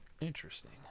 Interesting